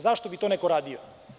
Zašto bi to neko radio?